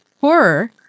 horror